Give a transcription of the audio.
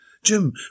Jim